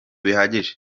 bihagije